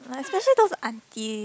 uh especially those aunties